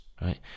right